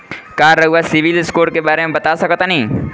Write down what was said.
का रउआ सिबिल स्कोर के बारे में बता सकतानी?